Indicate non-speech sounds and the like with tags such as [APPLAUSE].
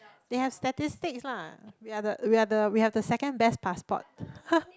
they have statistic lah we are the we are the we have the second best passport [LAUGHS]